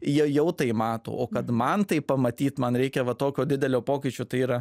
jie jau tai mato o kad man tai pamatyt man reikia va tokio didelio pokyčio tai yra